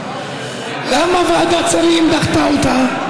למה ועדת שרים דחתה אותה?